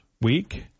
Week